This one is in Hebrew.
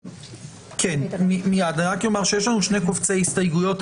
אני רק אומר שיש לנו שני קובצי הסתייגויות.